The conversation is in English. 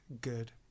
good